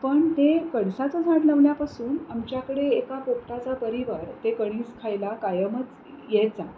पण ते कणसाचं झाड लावल्यापासून आमच्याकडे एका पोपटाचा परिवार ते कणीस खायला कायमच यायचा